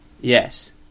Yes